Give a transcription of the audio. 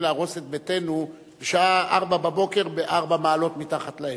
להרוס את ביתנו בשעה 04:00 ב-4 מעלות מתחת לאפס.